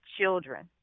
children